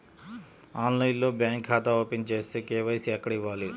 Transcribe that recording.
ఆన్లైన్లో బ్యాంకు ఖాతా ఓపెన్ చేస్తే, కే.వై.సి ఎక్కడ ఇవ్వాలి?